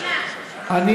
מה הקשר?